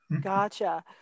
Gotcha